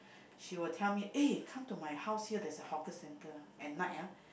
she will tell me eh come to my house here there is an hawker centre at night ah